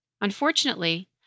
Unfortunately